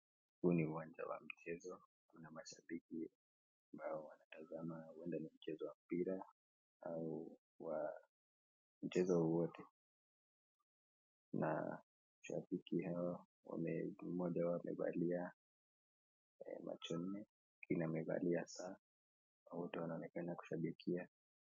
Huu ni uwanja wa michezo, kuna mashabiki ambao wanatazama, huende ni michezo wa mpira au mchezo wowote. Na shabiki hawa, mmoja wao amevalia macho nne, mwingine amevalia saa na wote wanaonekana kushabikia .